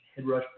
HeadRush